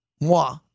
moi